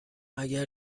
اگر